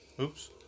oops